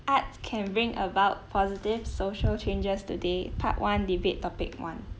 art can bring about positive social changes today part one debate topic one